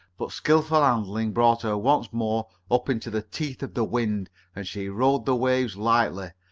but skilful handling brought her once more up into the teeth of the wind and she rode the waves lightly,